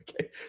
okay